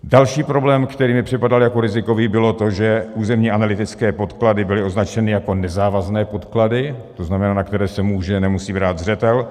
Další problém, který mi připadal jako rizikový, bylo to, že územní analytické podklady byly označeny jako nezávazné podklady, to znamená, na které se může a nemusí brát zřetel.